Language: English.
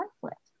conflict